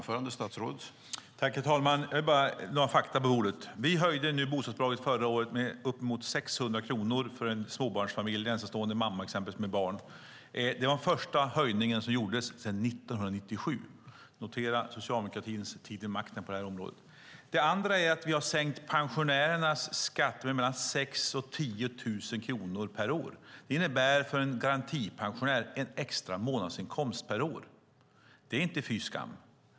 Herr talman! Jag vill lägga fakta på bordet. Vi höjde förra året bostadsbidraget med uppemot 600 kronor för en småbarnsfamilj, exempelvis en ensamstående mamma med barn. Det var den första höjning som gjordes sedan 1997. Notera socialdemokratins tid vid makten på detta område! En annan sak är att vi har sänkt pensionärernas skatter med mellan 6 000 och 10 000 kronor per år. Det innebär för en garantipensionär en extra månadsinkomst per år. Det är inte fy skam.